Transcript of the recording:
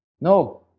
No